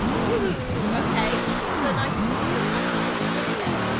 ooh, okay! this is a nice, this is a nice full boy again.